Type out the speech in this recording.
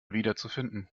wiederzufinden